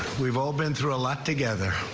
we've all been through a lot together.